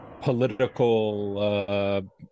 political